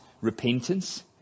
repentance